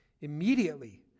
Immediately